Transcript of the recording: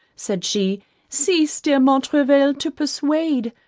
said she cease, dear montraville, to persuade.